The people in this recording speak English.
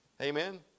Amen